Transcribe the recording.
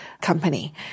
company